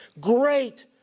great